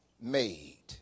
made